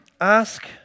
Ask